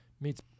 meets